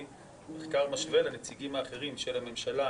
מחקר משווה לנציגים האחרים של הממשלה,